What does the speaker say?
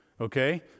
okay